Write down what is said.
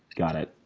got it.